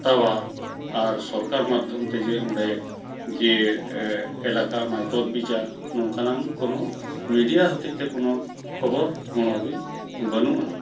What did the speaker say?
ᱦᱟᱛᱟᱣᱟ ᱟᱨ ᱥᱚᱨᱠᱟᱨ ᱢᱟᱫᱽᱫᱷᱚᱢᱛᱮ ᱡᱮ ᱚᱸᱰᱮ ᱡᱮ ᱮᱞᱟᱠᱟ ᱚᱱᱟᱭ ᱛᱚᱡᱽᱵᱤᱡᱟ ᱱᱚᱝᱠᱟᱱᱟᱝ ᱠᱳᱱᱳ ᱢᱤᱰᱤᱭᱟ ᱦᱚᱛᱮᱡᱛᱮ ᱠᱳᱱᱳ ᱠᱷᱚᱵᱚᱨ ᱜᱚᱲᱚᱜᱮ ᱵᱟᱹᱱᱩᱜᱟᱱᱟᱝ